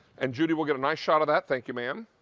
and judy will get a nice shot of that, thank you mom.